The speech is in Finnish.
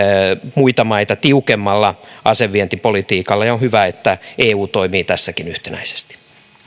muita maita tiukemmalla asevientipolitiikalla ja on hyvä että eu toimii tässäkin yhtenäisesti